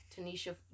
Tanisha